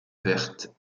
verte